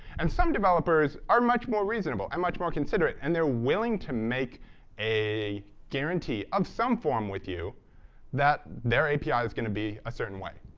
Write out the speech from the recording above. and some developers are much more reasonable and um much more considerate, and they're willing to make a guarantee of some form with you that their api is going to be a certain way.